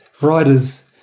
riders